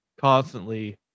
constantly